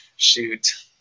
shoot